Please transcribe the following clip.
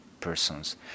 persons